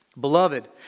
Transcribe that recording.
Beloved